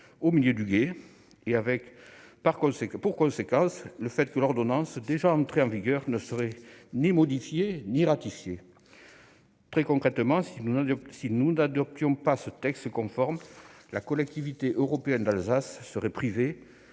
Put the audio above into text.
au milieu du gué, et avec pour conséquence le fait que l'ordonnance, déjà entrée en vigueur, ne serait ni modifiée ni ratifiée. Très concrètement, si nous n'adoptions pas ce texte conforme, la Collectivité européenne d'Alsace serait privée